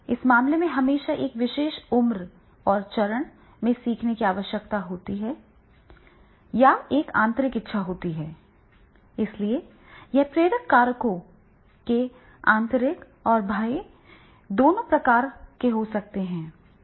इस मामले में हमेशा एक विशेष उम्र और चरण में सीखने की आवश्यकता होती है या एक आंतरिक इच्छा होती है इसलिए यह प्रेरक कारकों के आंतरिक और बाह्य दोनों प्रकार के हो सकते हैं